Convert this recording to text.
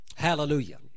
hallelujah